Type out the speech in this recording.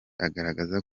agaragaza